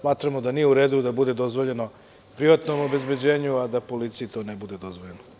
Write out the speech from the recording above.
Smatramo da nije u redu da bude dozvoljeno privatnom obezbeđenju, a da policiji ne bude dozvoljeno.